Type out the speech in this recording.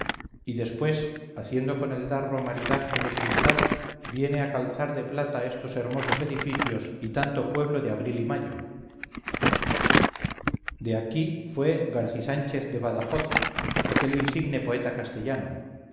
y después haciendo con el darro maridaje de cristal viene a calzar de plata estos hermosos edificios y tanto pueblo de abril y mayo de aquí fué garci sánchez de badajoz aquel insigne poeta castellano